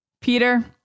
Peter